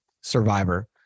survivor